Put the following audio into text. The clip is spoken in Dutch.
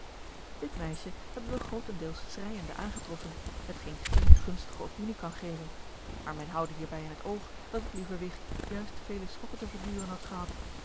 dit meisje hebben wij grootendeels schreijende aangetroffen hetgeen geene gunstige opinie kan geven maar men houde hierbij in het oog dat het lieve wicht juist vele schokken te verduren had gehad